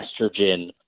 estrogen